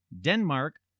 Denmark